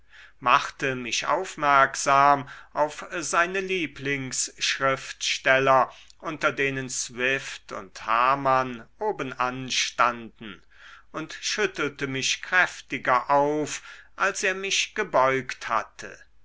machte mich aufmerksam auf seine lieblingsschriftsteller unter denen swift und hamann obenan standen und schüttelte mich kräftiger auf als er mich gebeugt hatte